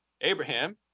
Abraham